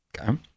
Okay